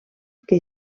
que